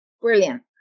brilliant